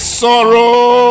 sorrow